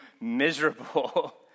miserable